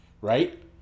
Right